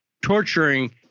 torturing